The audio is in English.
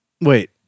Wait